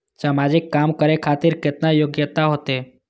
समाजिक काम करें खातिर केतना योग्यता होते?